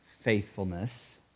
faithfulness